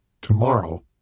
Tomorrow